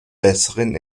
besseren